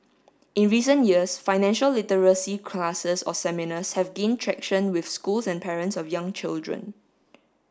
in recent years financial literacy classes or seminars have gained traction with schools and parents of young children